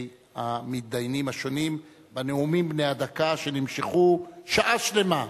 המתדיינים השונים בנאומים בני הדקה שנמשכו שעה שלמה.